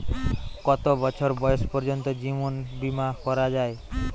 কত বছর বয়স পর্জন্ত জীবন বিমা করা য়ায়?